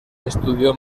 estudió